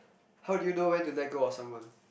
how do you know when to let go of someone